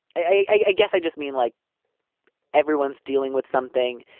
i guess i just mean like everyone's dealing with something.